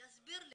שיסביר לי.